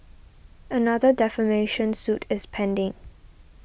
another defamation suit is pending